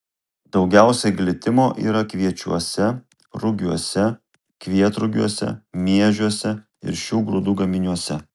daugiausiai glitimo yra kviečiuose rugiuose kvietrugiuose miežiuose ir šių grūdų gaminiuose